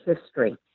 history